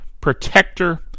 protector